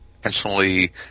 intentionally